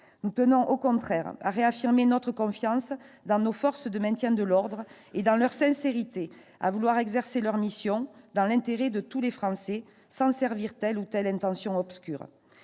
Nous tenons, au contraire, à réaffirmer notre confiance en nos forces de maintien de l'ordre et en leur sincérité à vouloir exercer leur mission dans l'intérêt de tous les Français, sans servir telle ou telle intention obscure.